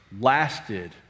lasted